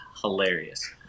hilarious